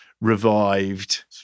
revived